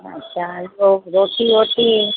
अछा पोइ रोटी वोटी